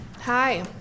Hi